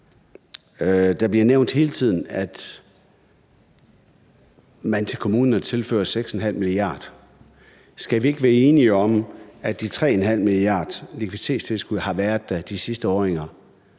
Det bliver nævnt hele tiden, at man til kommunerne tilfører 6,5 mia. kr. Skal vi ikke være enige om, at de 3,5 mia. kr., nemlig likviditetstilskuddet, har været der de sidste år,